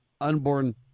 unborn